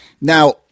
Now